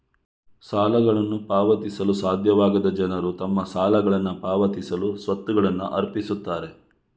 ಸಾಲಗಳನ್ನು ಪಾವತಿಸಲು ಸಾಧ್ಯವಾಗದ ಜನರು ತಮ್ಮ ಸಾಲಗಳನ್ನ ಪಾವತಿಸಲು ಸ್ವತ್ತುಗಳನ್ನ ಅರ್ಪಿಸುತ್ತಾರೆ